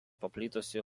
paplitusi